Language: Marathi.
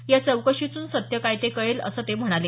या चौकशीतून सत्य काय ते कळेल असं ते म्हणाले